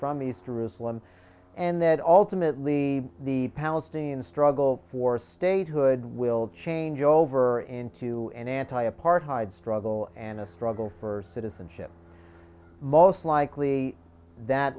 from east jerusalem and that ultimately the palestinian struggle for statehood will change over into an anti apartheid struggle and a struggle for citizenship most likely that